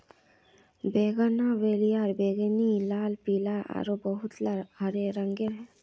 bougainvillea बैंगनी, लाल, पीला आरो बहुतला रंगेर ह छे